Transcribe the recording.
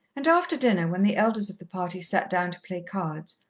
and after dinner, when the elders of the party sat down to play cards,